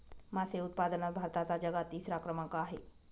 मासे उत्पादनात भारताचा जगात तिसरा क्रमांक आहे